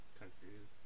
countries